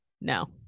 no